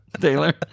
Taylor